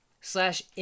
Slash